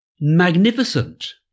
magnificent